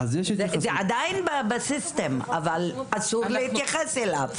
זה עדיין בסיסטם אבל אסור להתייחס אליו.